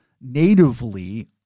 natively